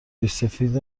ریشسفید